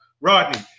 rodney